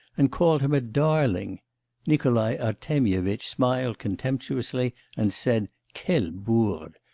and called him a darling nikolai artemyevitch smiled contemptuously and said quelle bourde!